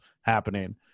happening